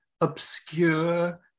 obscure